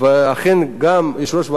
ואכן גם יושב-ראש ועדת